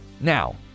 Now